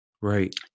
Right